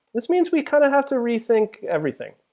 this means we kind of have to rethink everything.